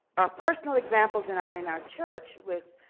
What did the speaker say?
our personal examples in our in our church with